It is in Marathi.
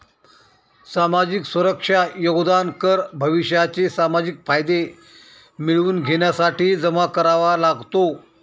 सामाजिक सुरक्षा योगदान कर भविष्याचे सामाजिक फायदे मिळवून घेण्यासाठी जमा करावा लागतो